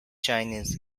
chinese